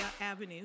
Avenue